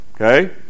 Okay